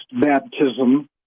baptism